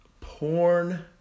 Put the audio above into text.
porn